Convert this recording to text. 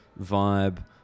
vibe